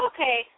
Okay